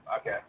Okay